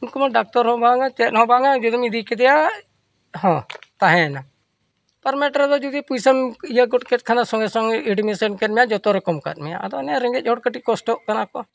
ᱩᱱᱠᱩ ᱢᱟ ᱰᱟᱠᱛᱚᱨ ᱦᱚᱸ ᱵᱟᱝᱟ ᱪᱮᱫ ᱦᱚᱸ ᱵᱟᱝᱟ ᱡᱩᱫᱤᱢ ᱤᱫᱤ ᱠᱮᱫᱮᱭᱟ ᱦᱚᱸ ᱛᱟᱦᱮᱸᱭᱮᱱᱟ ᱜᱚᱨᱢᱮᱱᱴ ᱨᱮᱫᱚ ᱡᱩᱫᱤ ᱯᱩᱭᱥᱟᱹᱢ ᱤᱭᱟᱹ ᱜᱚᱫ ᱠᱮᱜ ᱠᱷᱟᱱ ᱥᱚᱸᱜᱮ ᱥᱚᱸᱜᱮ ᱮᱰᱢᱤᱥᱚᱱ ᱠᱮᱜ ᱢᱮᱭᱟ ᱡᱚᱛᱚ ᱨᱚᱠᱚᱢ ᱠᱟᱜ ᱢᱮᱭᱟ ᱟᱫᱚ ᱚᱱᱮ ᱨᱮᱸᱜᱮᱡ ᱦᱚᱲ ᱠᱟᱹᱴᱤᱡ ᱠᱚᱥᱴᱚᱜ ᱠᱟᱱᱟ ᱠᱚ